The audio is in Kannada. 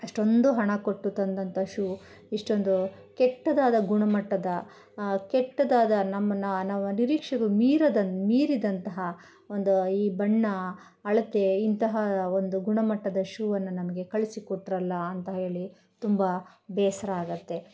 ಅಷ್ಟೊಂದು ಹಣ ಕೊಟ್ಟು ತಂದಂಥ ಶೂ ಇಷ್ಟೊಂದು ಕೆಟ್ಟದಾದ ಗುಣಮಟ್ಟದ ಕೆಟ್ಟದಾದ ನಮ್ಮನ್ನು ನಮ್ಮ ನಿರೀಕ್ಷೆಗೂ ಮೀರಿದನ್ನು ಮೀರಿದಂತಹ ಒಂದು ಈ ಬಣ್ಣ ಅಳತೆ ಇಂತಹ ಒಂದು ಗುಣಮಟ್ಟದ ಶೂವನ್ನು ನಮಗೆ ಕಳಿಸಿ ಕೊಟ್ರಲ್ಲ ಅಂತ ಹೇಳಿ ತುಂಬ ಬೇಸರ ಆಗುತ್ತೆ